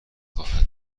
خواهد